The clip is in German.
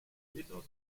innern